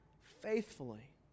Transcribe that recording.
faithfully